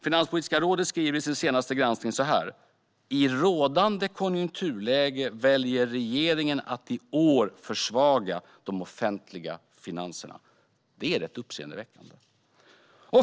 Finanspolitiska rådet skriver i sin senaste granskning: "I rådande konjunkturläge väljer regeringen att i år försvaga de offentliga finanserna." Det är rätt uppseendeväckande.